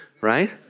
right